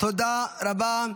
תודה רבה.